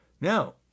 Now